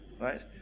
right